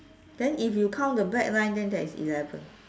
then if you count the black lines then that is eleven